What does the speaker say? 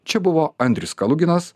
čia buvo andrius kaluginas